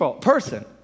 person